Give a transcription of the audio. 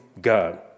God